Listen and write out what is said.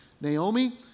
Naomi